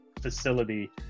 facility